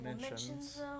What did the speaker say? mentions